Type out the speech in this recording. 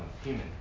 human